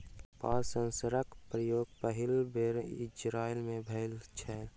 पात सेंसरक प्रयोग पहिल बेर इजरायल मे भेल छल